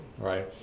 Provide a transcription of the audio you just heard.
right